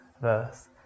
verse